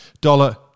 dollar